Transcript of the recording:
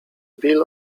bill